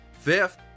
fifth